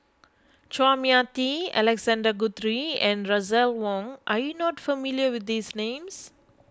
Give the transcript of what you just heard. Chua Mia Tee Alexander Guthrie and Russel Wong are you not familiar with these names